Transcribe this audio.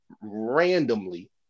randomly